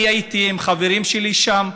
אני הייתי עם חברים שלי שם,